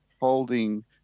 holding